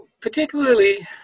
particularly